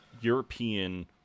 european